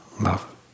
love